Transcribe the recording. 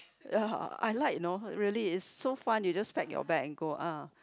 ya I like you know really it's so fun you just pack your bag and go ah